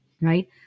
right